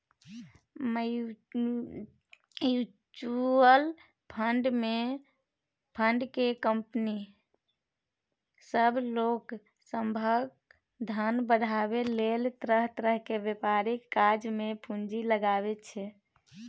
mutual fund केँ company सब लोक सभक धन बढ़ाबै लेल तरह तरह के व्यापारक काज मे पूंजी लगाबै छै